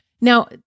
Now